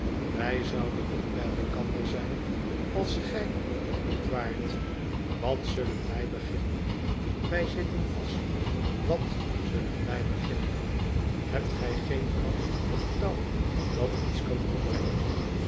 wij zouden niet bij elkander zijn als gij dat niet waart wat zullen wij beginnen wij zitten vast wat zullen wij beginnen hebt gij geen plan op touw dat iets kan opbrengen